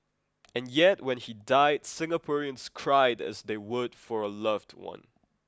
and yet when he died Singaporeans cried as they would for a loved one